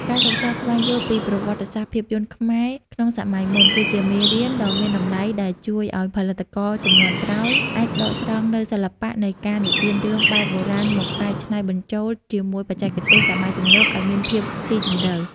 ការសិក្សាស្វែងយល់ពីប្រវត្តិសាស្ត្រភាពយន្តខ្មែរក្នុងសម័យមុន គឺជាមេរៀនដ៏មានតម្លៃដែលជួយឱ្យផលិតករជំនាន់ក្រោយអាចដកស្រង់នូវសិល្បៈនៃការនិទានរឿងបែបបុរាណមកកែច្នៃបញ្ចូលជាមួយបច្ចេកទេសសម័យទំនើបឱ្យមានភាពស៊ីជម្រៅ។